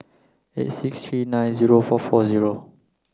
eight six three nine zero four four zero